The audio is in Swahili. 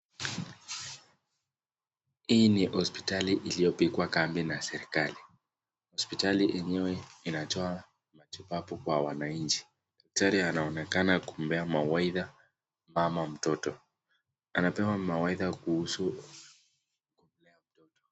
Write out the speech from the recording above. Hii ni hospitali iliyopigwa kambi na serkali hospitali lenyewe inatoa matibabu kwa wanaichi, daktari anaonekana kumpea mawaidha mama mtoto anampea mawaidha kuhusu mtoto.